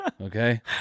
okay